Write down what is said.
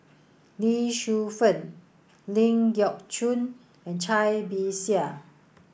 Lee Shu Fen Ling Geok Choon and Cai Bixia